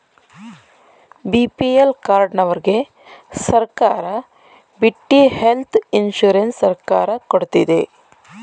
BPL ಕಾರ್ಡನವರ್ಗೆ ಸರ್ಕಾರ ಬಿಟ್ಟಿ ಹೆಲ್ತ್ ಇನ್ಸೂರೆನ್ಸ್ ಸರ್ಕಾರ ಕೊಡ್ತಿದೆ